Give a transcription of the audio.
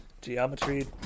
geometry